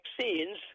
vaccines